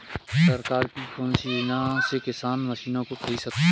सरकार की कौन सी योजना से किसान मशीनों को खरीद सकता है?